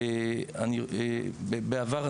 בעבר,